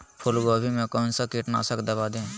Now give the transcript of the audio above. फूलगोभी में कौन सा कीटनाशक दवा दे?